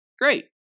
Great